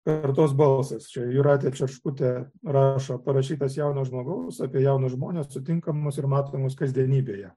kartos balsas čia jūratė čerškutė rašo parašytas jauno žmogaus apie jaunus žmones sutinkamus ir matomus kasdienybėje